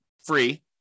Free